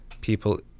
people